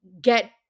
get